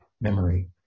memory